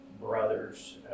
brothers